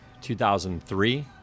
2003